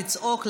לצעוק,